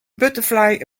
butterfly